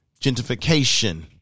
gentrification